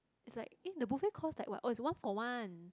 is like eh the buffet cost like oh is one for one